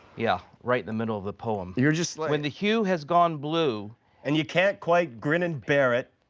yeah, right in the middle of the poem. you're just when the hue has gone blue and you can't quite grin and bear it,